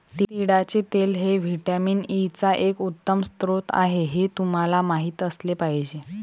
तिळाचे तेल हे व्हिटॅमिन ई चा एक उत्तम स्रोत आहे हे तुम्हाला माहित असले पाहिजे